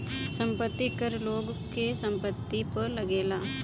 संपत्ति कर लोग के संपत्ति पअ लागेला